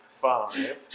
five